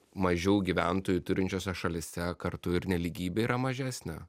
mažiau gyventojų turinčiose šalyse kartu ir nelygybė yra mažesnė